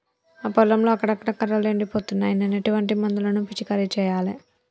మా పొలంలో అక్కడక్కడ కర్రలు ఎండిపోతున్నాయి నేను ఎటువంటి మందులను పిచికారీ చెయ్యాలే?